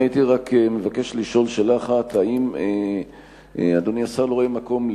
אני הייתי רק מבקש לשאול שאלה אחת: האם אדוני השר לא רואה מקום,